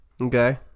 Okay